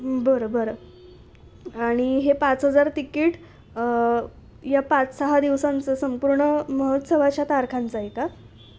बरं बरं आणि हे पाच हजार तिकीट या पाच सहा दिवसांचं संपूर्ण महोत्सवाच्या तारखांचं आहे का